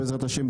בעזרת השם,